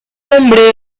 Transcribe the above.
hombre